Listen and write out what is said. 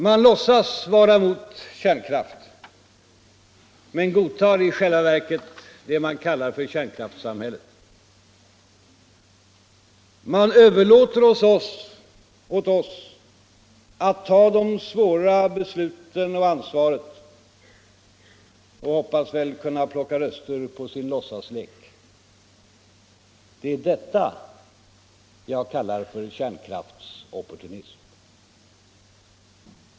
Man låtsas vara mot kärnkraft men godtar i själva verket det man kallar för kärnkraftssamhället. Man överlåter åt oss att ta de svåra besluten och ansvaret och hoppas väl kunna plocka röster på sin låtsaslek. Det är detta jag kallar för kärnkraftsopportunism.